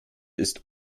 ist